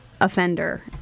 offender